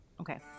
Okay